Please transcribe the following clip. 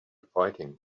fighting